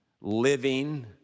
living